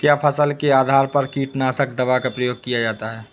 क्या फसल के आधार पर कीटनाशक दवा का प्रयोग किया जाता है?